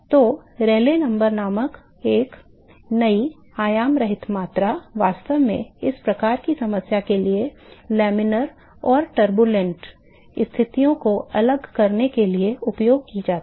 तो रेले संख्या नामक एक नई आयाम रहित मात्रा वास्तव में इस प्रकार की समस्या के लिए laminar और turbulent स्थितियों को अलग करने के लिए उपयोग की जाती है